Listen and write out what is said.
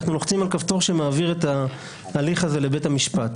אנחנו לוחצים על הכפתור שמעביר את ההליך הזה לבית המשפט.